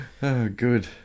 good